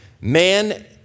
Man